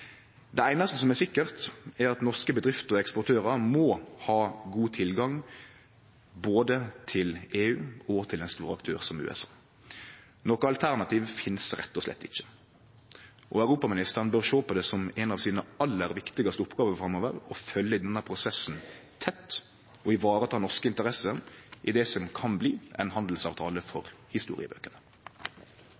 Det einaste som er sikkert, er at norske bedrifter og eksportørar må ha god tilgang både til EU og til ein stor aktør som USA. Noko alternativ finst rett og slett ikkje. Europaministeren bør sjå på det som ei av sine aller viktigaste oppgåver framover å følgje denne prosessen tett og vareta norske interesser i det som kan bli ein handelsavtale for